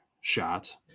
shot